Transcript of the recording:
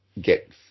get